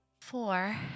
four